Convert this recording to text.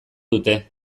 dute